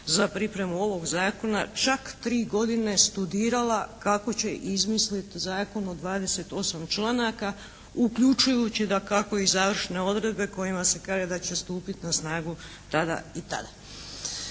za pripremu ovog Zakona čak 3 godine studirala kako će izmisliti Zakon od 28 članaka uključujući dakako i završne odredbe kojima se kaže da će stupiti na snagu tada i tada.